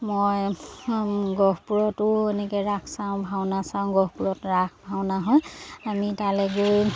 মই গহপুৰতো এনেকৈ ৰাস চাওঁ ভাওনা চাওঁ গহপুৰত ৰাস ভাওনা হয় আমি তালৈ গৈ